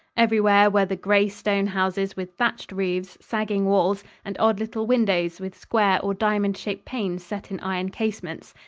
everywhere were the gray stone houses with thatched roofs, sagging walls and odd little windows with square or diamond-shaped panes set in iron casements.